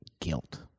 guilt